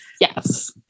Yes